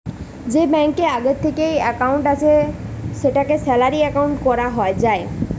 যে ব্যাংকে আগে থিকেই একাউন্ট আছে সেটাকে স্যালারি একাউন্ট কোরা যায়